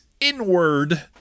inward